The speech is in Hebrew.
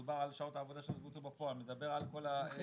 מדובר על שעות עבודה שבוצעו בפועל, מדבר על הוותק.